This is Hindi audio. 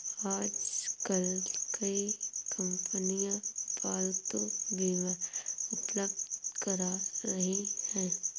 आजकल कई कंपनियां पालतू बीमा उपलब्ध करा रही है